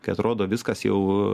kai atrodo viskas jau